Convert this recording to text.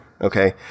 okay